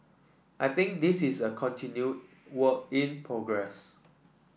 I think this is a continued work in progress